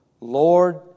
Lord